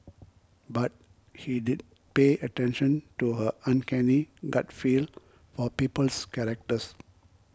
but he did pay attention to her uncanny gut feel for people's characters